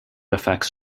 affects